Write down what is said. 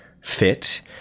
fit